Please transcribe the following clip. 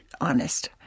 honest